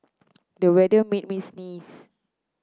the weather made me sneeze